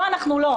לא, אנחנו לא.